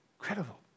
Incredible